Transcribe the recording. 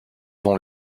dont